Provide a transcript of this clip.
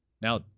now